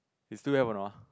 you still have or not